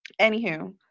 Anywho